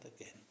again